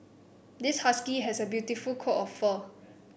this husky has a beautiful coat of fur